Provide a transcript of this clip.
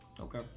Okay